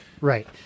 Right